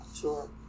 Sure